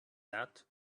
that